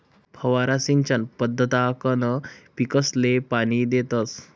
फवारा सिंचन पद्धतकंन पीकसले पाणी देतस